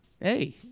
hey